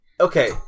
Okay